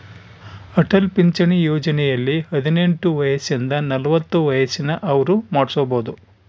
ಅಟಲ್ ಪಿಂಚಣಿ ಯೋಜನೆಯಲ್ಲಿ ಹದಿನೆಂಟು ವಯಸಿಂದ ನಲವತ್ತ ವಯಸ್ಸಿನ ಅವ್ರು ಮಾಡ್ಸಬೊದು